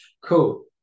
Cool